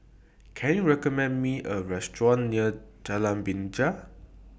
Can YOU recommend Me A Restaurant near Jalan Binja